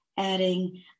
adding